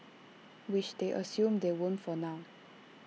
which they assume they won't for now